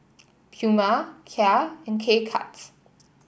Puma Kia and K Cuts